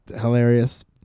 hilarious